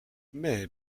mais